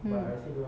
mm